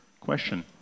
question